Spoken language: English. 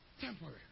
Temporary